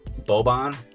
Boban